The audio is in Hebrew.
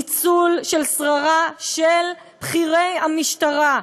ניצול של שררה של בכירי המשטרה,